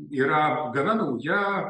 yra gana nauja